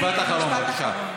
משפט אחרון.